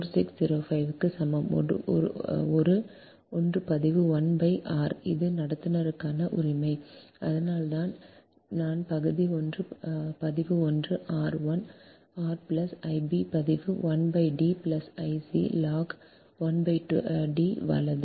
4605 க்கு சமம் I ஒரு பதிவு 1 r இது நடத்துனருக்கான உரிமை அதனால்தான் நான் ஒரு பதிவு 1 r I b பதிவு 1 D I c log 1 2 D வலது